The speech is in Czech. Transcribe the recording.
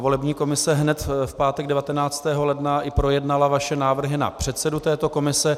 Volební komise hned v pátek 19. ledna projednala i vaše návrhy na předsedu této komise.